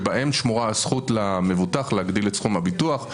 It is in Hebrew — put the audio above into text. שבהן שמורה הזכות למבוטח להגדיל את סכום הביטוח.